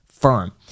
firm